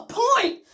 point